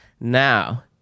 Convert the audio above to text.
Now